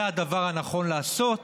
זה הדבר הנכון לעשות,